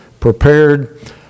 prepared